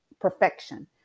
perfection